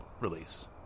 release